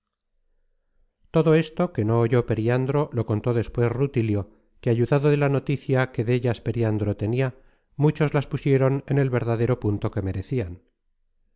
todo esto que no oyó periandro lo contó despues rutilio que ayudado de la noticia que dellas periandro tenia muchos las pusieron en el verdadero punto que merecian